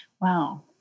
Wow